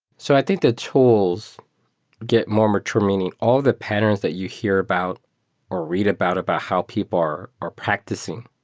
so i think that tools get more mature. meaning, all the patterns that you hear about or read about about how people are are practicing,